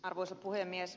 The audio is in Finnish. arvoisa puhemies